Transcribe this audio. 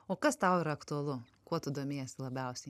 o kas tau yra aktualu kuo tu domiesi labiausiai